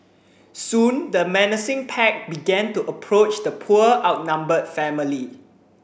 soon the menacing pack began to approach the poor outnumbered family